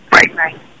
Right